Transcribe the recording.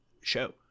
show